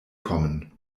kommen